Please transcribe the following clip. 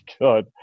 good